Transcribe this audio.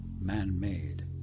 man-made